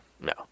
No